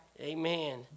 Amen